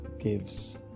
gives